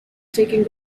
taking